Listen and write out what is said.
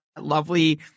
lovely